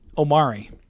Omari